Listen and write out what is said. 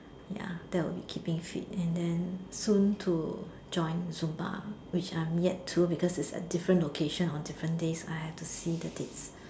ya that will be keeping fit and then soon to join Zumba which I'm yet to because it's in different locations on different days and I have to see the dates